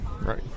Right